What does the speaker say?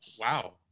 wow